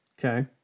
Okay